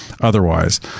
otherwise